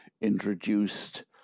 introduced